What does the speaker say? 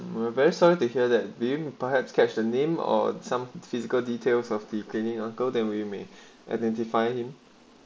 we're very sorry to hear that bin perhaps catch the name or some physical details of free cleaning uncle than we may identify him